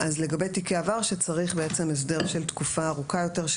אז לגבי תיקי עבר צריך הסדר של תקופה ארוכה יותר,